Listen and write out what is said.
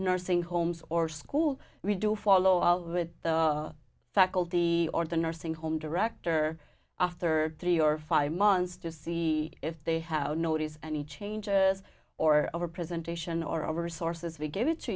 nursing homes or school we do follow the faculty or the nursing home director after three or five months to see if they have noticed any changes or over presentation or over sources we give it to